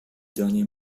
dernier